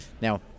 Now